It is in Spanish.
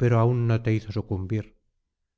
pero aún no te hizo sucumbir